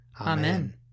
Amen